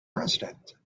president